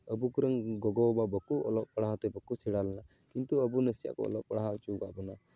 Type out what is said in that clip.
ᱟᱵᱚ ᱠᱚᱨᱮᱱ ᱜᱚᱜᱚ ᱵᱟᱵᱟ ᱵᱟᱠᱚ ᱚᱞᱚᱜ ᱯᱟᱲᱦᱟᱣ ᱛᱮ ᱵᱟᱠᱚ ᱥᱮᱬᱟ ᱞᱮᱫᱟ ᱠᱤᱱᱛᱩ ᱟᱵᱚ ᱱᱟᱥᱮᱭᱟᱜ ᱠᱚ ᱚᱞᱚᱜ ᱯᱟᱲᱦᱟᱣ ᱦᱚᱪᱚ ᱟᱠᱟᱫ ᱵᱚᱱᱟ